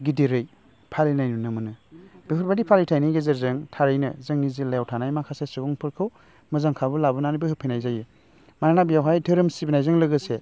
गिदिरै फालिनाय नुनो मोनो बेफोरबादि फालिथाइनि गेजेरजों थारैनो जोंनि जिल्लायाव थानाय माखासे सुबुंफोरखौ मोजां खाबु लाबोनानै होफैनाय जायो मानो बेवहाय धोरोम सिबिनायजों लोगोसे